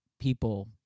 people